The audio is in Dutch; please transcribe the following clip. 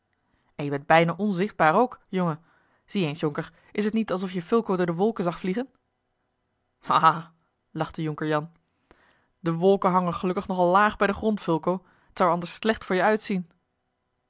en je bent bijna onzichtbaar ook jongen zie eens jonker is het niet alsof je fulco door de wolken zag vliegen ha ha lachte jonker jan de wolken hangen gelukkig nog al laag bij den grond fulco t zou er anders slecht voor je uitzien